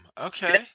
Okay